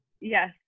Yes